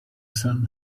son